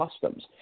customs